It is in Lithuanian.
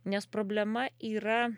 nes problema yra